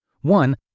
One